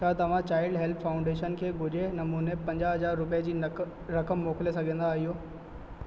छा तव्हां child health foundation खे ॻुझे नमूने पंजाह हज़ार रुपए जी नकद रक़म मोकिले सघंदा आहियो